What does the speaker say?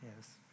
Yes